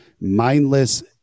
mindless